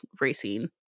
racing